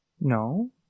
No